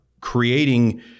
creating